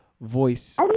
voice